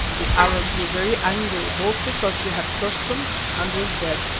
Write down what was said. the arabs were very angry, both because she had cursed them and was dead.